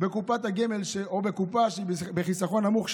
בקופת הגמל או בקופה בסיכון נמוך,